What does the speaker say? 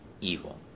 evil